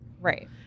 Right